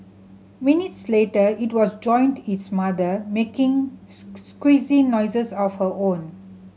minutes later it was joined its mother making squeaky noises of her own